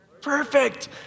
Perfect